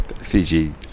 Fiji